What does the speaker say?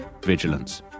vigilance